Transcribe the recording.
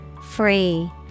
Free